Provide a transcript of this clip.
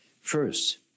First